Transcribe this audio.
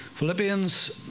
Philippians